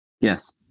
Yes